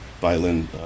violin